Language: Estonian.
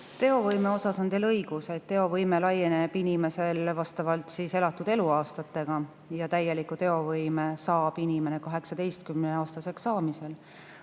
Teovõime osas on teil õigus. Teovõime laieneb inimesel vastavalt elatud eluaastatele ja täieliku teovõime saab inimene 18-aastaseks saamisel.